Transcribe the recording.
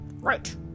Right